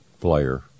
player